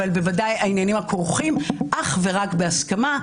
אבל בוודאי העניינים הכרוכים אך ורק בהסכמה.